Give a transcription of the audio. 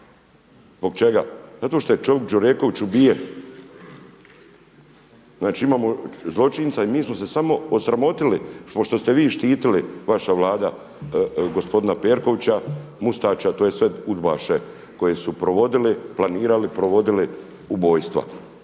Zbog čega? Zato što je čovjek Đureković ubijen. Znači imamo zločinca i mi smo se samo osramotili pošto ste vi štitili, vaša Vlada gospodina Perkovića, Mustaća tj. sve udbaše koje su provodile,